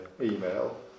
email